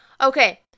Okay